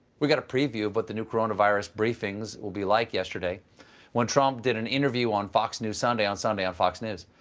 we got a preview of what the new coronavirus briefings will be like yesterday when trump did an interview on fox news sunday on sunday on fox news.